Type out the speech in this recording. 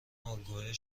الگوهای